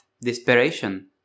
desperation